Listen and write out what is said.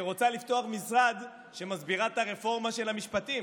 שרוצה לפתוח משרד, שמסבירה את הרפורמה של המשפטים.